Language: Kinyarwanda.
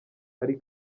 hari